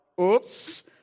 oops